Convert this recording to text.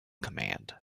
command